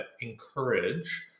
encourage